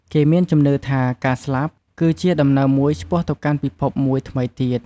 គេមានជំនឿថាការស្លាប់ គឺជាដំណើរមួយឆ្ពោះទៅកាន់ពិភពមួយថ្មីទៀត។